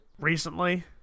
Recently